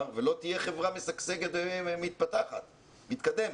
ולא תהיה חברה משגשגת ומתפתחת ומתקדמת.